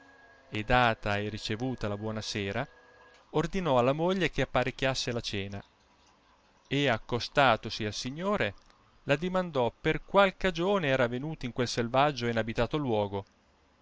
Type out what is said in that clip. e data e ricevuta la buona sera ordinò alla moglie che apparecchiasse la cena e accostatosi al signore l addimandò per qual cagione era venuto in quel selvaggio e inabitato luogo